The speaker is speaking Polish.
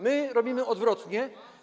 My robimy odwrotnie.